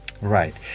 Right